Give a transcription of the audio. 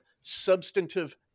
substantive